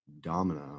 Domino